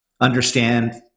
understand